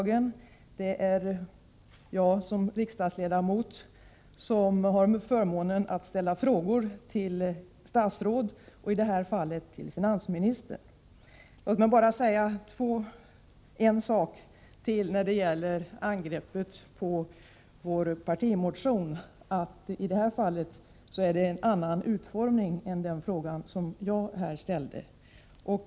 Som mellan Järna och riksdagsledamot har jag således förmånen att få ställa frågor till statsråden —i Mörkö i Södertälje det här fallet till finansministern. kommun Låt mig bara säga en sak till när det gäller angreppet på vår partimotion, nämligen att det här är fråga om en annan utformning än när det gäller den fråga som jag ställt.